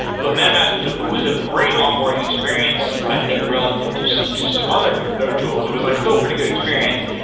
but meta mask was was a great onboarding experience, i think relative to so to some other crypto tools. it was like still pretty good experience.